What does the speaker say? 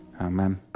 Amen